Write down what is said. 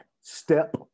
step